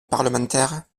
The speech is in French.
parlementaire